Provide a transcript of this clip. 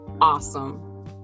awesome